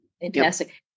Fantastic